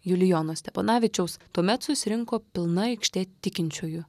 julijono steponavičiaus tuomet susirinko pilna aikštė tikinčiųjų